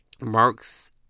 Marks